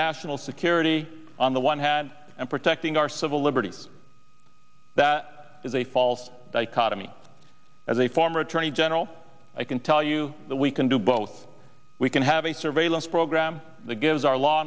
national security on the one hand and protecting our civil liberties that is a false dichotomy as a former attorney general i can tell you that we can do both we can have a surveillance program that gives our law